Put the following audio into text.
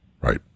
Right